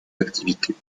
activités